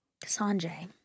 Sanjay